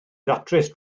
ddatrys